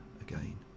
again